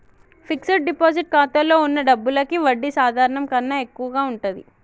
fixed deposit ఖాతాలో వున్న డబ్బులకి వడ్డీ సాధారణం కన్నా ఎక్కువగా ఉంటది